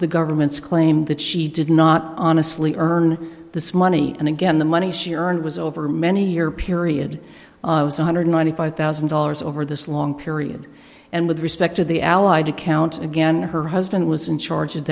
the government's claim that she did not honestly earn this money and again the money she earned was over many year period was one hundred ninety five thousand dollars over this long period and with respect to the allied account again her husband was in charge of